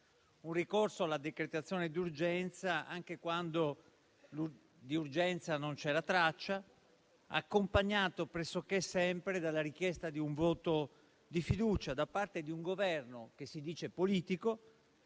fa ricorso alla decretazione d'urgenza anche quando di urgenza non c'è traccia, in abbinamento pressoché costante con la richiesta del voto di fiducia da parte di un Governo che si dice politico